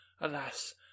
Alas